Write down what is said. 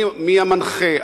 מי המנחה?